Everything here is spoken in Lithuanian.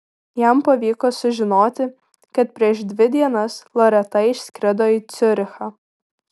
jam pavyko sužinoti kad prieš dvi dienas loreta išskrido į ciurichą